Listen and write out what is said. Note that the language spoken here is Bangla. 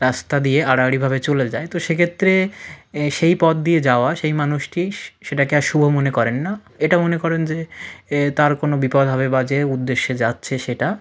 রাস্তা দিয়ে আড়াআড়িভাবে চলে যায় তো সেক্ষেত্রে এ সেই পথ দিয়ে যাওয়া সেই মানুষটি সেটাকে আর শুভ মনে করেন না এটা মনে করেন যে এ তার কোনো বিপদ হবে বা যে উদ্দেশ্যে যাচ্ছে সেটা